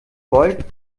gold